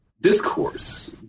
discourse